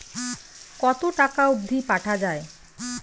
কতো টাকা অবধি পাঠা য়ায়?